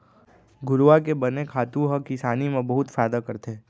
घुरूवा के बने खातू ह किसानी म बहुत फायदा करथे